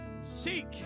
seek